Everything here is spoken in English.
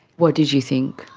what did you think?